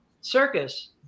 Circus